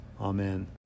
Amen